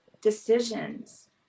decisions